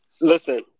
listen